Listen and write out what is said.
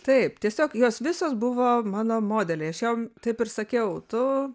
taip tiesiog jos visos buvo mano modeliai aš jom taip ir sakiau tu